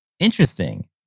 interesting